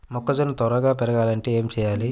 మొక్కజోన్న త్వరగా పెరగాలంటే ఏమి చెయ్యాలి?